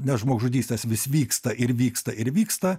nes žmogžudystės vis vyksta ir vyksta ir vyksta